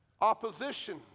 opposition